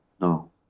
No